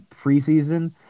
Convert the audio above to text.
preseason